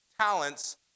talents